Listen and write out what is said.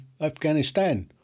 Afghanistan